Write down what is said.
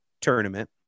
tournament